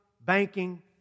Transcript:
banking